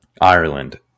Ireland